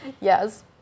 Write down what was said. Yes